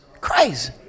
crazy